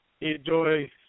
enjoy –